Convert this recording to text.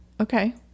Okay